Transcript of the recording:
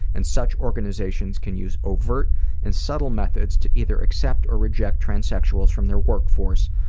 and such organizations can use overt and subtle methods to either accept or reject transsexuals from their workforce,